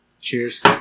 Cheers